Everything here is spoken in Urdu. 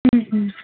ہوں ہوں